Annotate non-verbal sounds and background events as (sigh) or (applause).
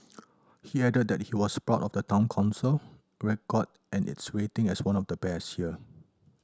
(noise) he added that he was proud of the Town Council record and its rating as one of the best here